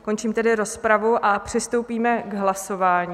Končím tedy rozpravu a přistoupíme k hlasování.